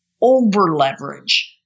over-leverage